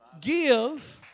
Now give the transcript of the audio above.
Give